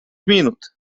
minut